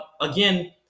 again